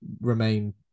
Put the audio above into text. remain